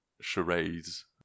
charades